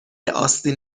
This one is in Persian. آستین